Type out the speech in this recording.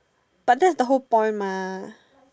but that's the whole point mah